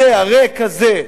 הזה, הריק הזה,